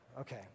Okay